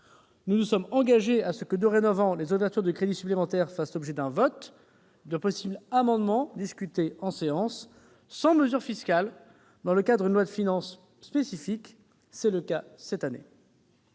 Nous nous sommes engagés à ce que, dorénavant, les ouvertures de crédits supplémentaires fassent toutes l'objet d'un vote du Parlement, ainsi que de possibles amendements, discutés en séance, sans mesures fiscales, dans le cadre d'une loi de finances spécifique. C'est le cas cette année.